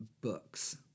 books